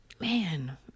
Man